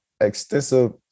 extensive